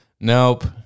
Nope